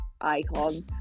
icons